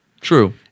True